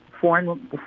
foreign